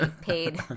paid